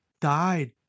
died